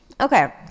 Okay